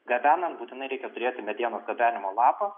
gabenant būtinai reikia turėti medienos gabenimo lapą